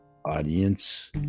audience